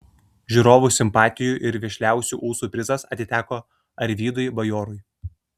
žiūrovų simpatijų ir vešliausių ūsų prizas atiteko arvydui bajorui